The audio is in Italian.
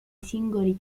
singoli